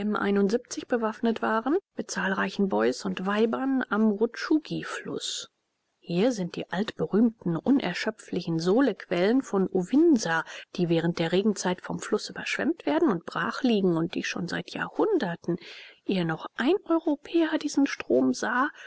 bewaffnet war mit zahlreichen boys und weibern am rutschugifluß hier sind die altberühmten unerschöpflichen solequellen von uvinsa die während der regenzeit vom fluß überschwemmt werden und brach liegen und die schon seit jahrhunderten ehe noch ein europäer diesen strom sah